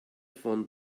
von